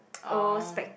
oh